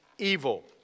evil